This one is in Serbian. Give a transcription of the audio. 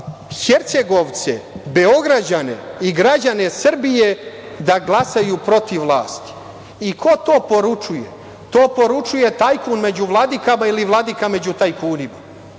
Hercegovce, Beograđane i građane Srbije da glasaju protiv vlasti. Ko to poručuje? To poručuje tajkun među vladikama ili vladika među tajkunima.